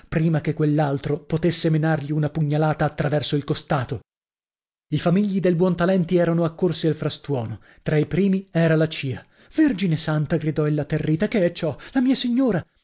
prima che quell'altro potesse menargli una pugnalata attraverso il costato i famigli del buontalenti erano accorsi al frastuono tra i primi era la cia vergine santa gridò ella atterrita che è ciò la mia signora